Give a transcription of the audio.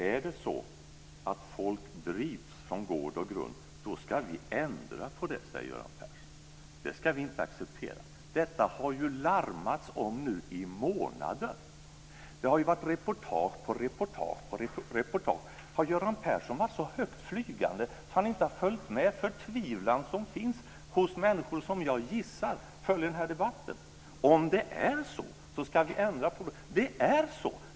Är det så att folk drivs från gård och grund ska vi ändra på det, säger Göran Persson. Det ska vi inte acceptera. Detta har det larmats om i månader. Det har varit reportage på reportage på reportage. Har Göran Persson varit så högt flygande så att han inte har följt med och sett den förtvivlan som finns hos människor som jag gissar följer denna debatt? Om det är så ska vi ändra på det, sade Göran Persson. Det är så!